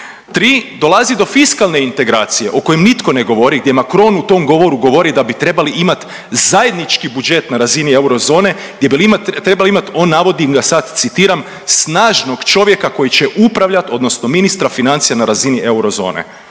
o.k. Dolazi do fiskalne integracije o kojoj nitko ne govori gdje Macron u tom govoru govori da bi trebali imati zajednički budžet na razini eurozone, gdje bi trebali imati navodim ga sad citiram snažnog čovjeka koji će upravljat, odnosno ministra financija na razini eurozone.